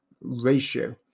ratio